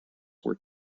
were